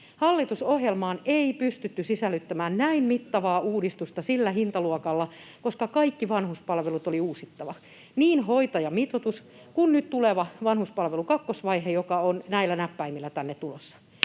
hallitusohjelmaan ei pystytty sisällyttämään näin mittavaa uudistusta sillä hintaluokalla — kaikki vanhuspalvelut oli uusittava, niin hoitajamitoitus kuin nyt tuleva vanhuspalvelulaki, jonka kakkosvaihe on näillä näppäimillä tänne tulossa